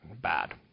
bad